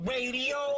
Radio